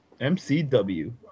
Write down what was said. MCW